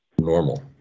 normal